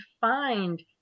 find